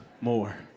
more